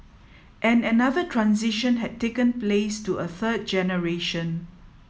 and another transition had taken place to a third generation